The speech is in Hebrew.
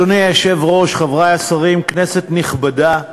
אדוני היושב-ראש, חברי השרים, כנסת נכבדה,